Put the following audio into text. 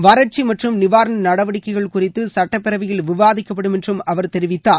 வறட்சி மற்றும் நிவாரண நடவடிக்கைகள் குறித்து சட்டப்பேரவையில் விவாதிக்கப்படும் என்றும் அவர் தெரிவித்தார்